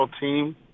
team